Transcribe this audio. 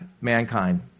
mankind